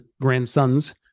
grandsons